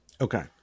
Okay